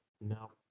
No